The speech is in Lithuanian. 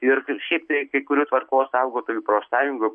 ir šiaip tai kai kurių tvarkos saugotojų profsąjungų